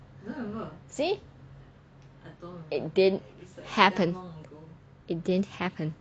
see it didn't happen it didn't happen